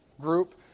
group